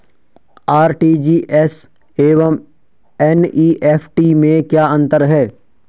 RTGS एवं NEFT में क्या अंतर है?